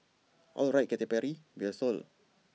alright Katy Perry we're sold